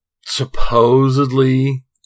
supposedly